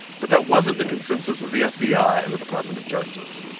but that wasn't the consensus of the fbi ah and the department of justice.